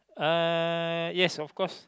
uh yes of course